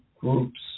groups